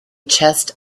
chest